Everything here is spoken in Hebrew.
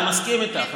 אני מסכים איתך.